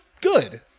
good